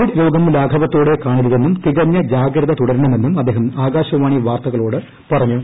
Covid രോഗം ലാഘവത്തോടെ കാണരുതെന്നും തികഞ്ഞ ജാഗ്രത തുടരണമെന്നും അദ്ദേഹം ആകാശവാണി വാർത്തകളോട് പറഞ്ഞു